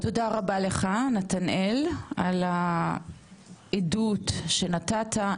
תודה רבה לך נתנאל על העדות שנתת,